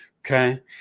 Okay